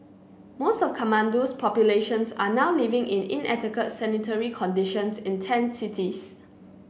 most of Kathmandu's populations are now living in inadequate sanitary conditions in tent cities